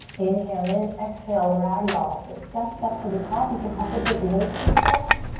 inhale in, exhale, ragdoll. so step, step to the top. you can also take multiple steps.